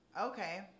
okay